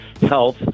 health